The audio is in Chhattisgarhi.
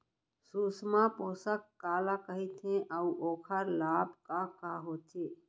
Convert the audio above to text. सुषमा पोसक काला कइथे अऊ ओखर लाभ का का होथे?